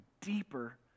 deeper